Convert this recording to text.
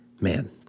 man